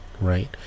Right